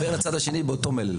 אבל צריך לדבר לצד השני עם אותו מלל.